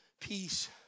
Peace